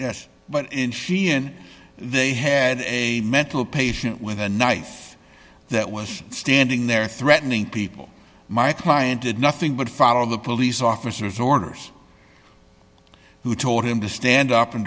yes but in sheehan they had a mental patient with a knife that was standing there threatening people my client did nothing but follow the police officers orders who told him to stand up and